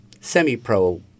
semi-pro